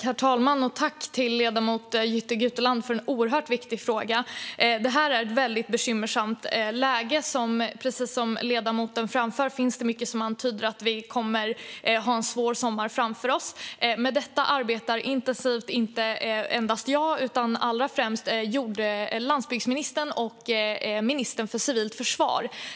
Herr talman! Tack, ledamoten Jytte Guteland, för en oerhört viktig fråga! Det är ett väldigt bekymmersamt läge. Precis som ledamoten framför finns det mycket som antyder att vi kommer att ha en svår sommar framför oss. Med detta arbetar inte bara jag själv intensivt utan allra främst landsbygdsministern och ministern för civilt försvar.